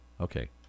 Okay